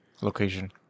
location